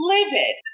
Livid